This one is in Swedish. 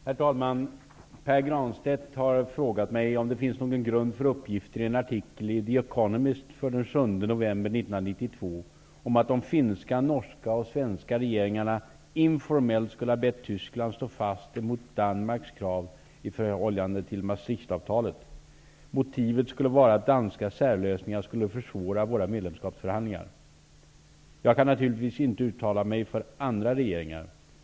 Herr talman! Pär Granstedt har frågat mig om det finns någon grund för uppgifter i en artikel i The Economist den 7 november 1992 om att de finska, norska och svenska regeringarna informellt skulle ha bett Tyskland stå fast mot Danmarks krav i förhållande till Maastrichtavtalet. Motivet skulle vara att danska särlösningar skulle försvåra våra medlemskapsförhandlingar. Jag kan naturligtvis inte uttala mig för andra regeringar.